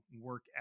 work